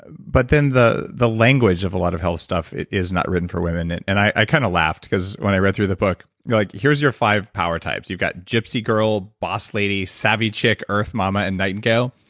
ah but then the the language of a lot of health stuff is not written for women. and and i kind of laughed because when i read through the book you're like, here is your five power types, you got gypsy girl, boss lady, savvy chic, earth mama, and nightingale.